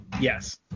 Yes